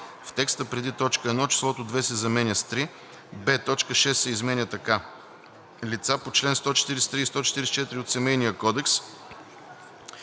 в текста преди т. 1 числото „2“ се заменя с „3“; б) точка 6 се изменя така: „6. лица по чл. 143 и 144 от Семейния кодекс,